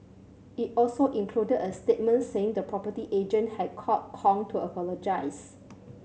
it also included a statement saying the property agent had called Kong to apologise